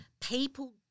people